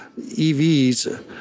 EVs